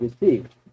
received